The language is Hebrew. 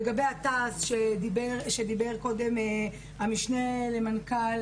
לגבי התעש שעליו דיבר קודם המשנה לשעבר למנכ"ל,